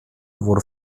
wurde